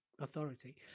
authority